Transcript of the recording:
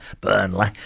Burnley